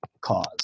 cause